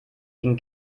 den